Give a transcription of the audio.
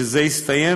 "כשזה יסתיים,